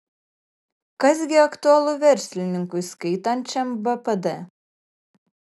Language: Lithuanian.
kas gi aktualu verslininkui skaitančiam bpd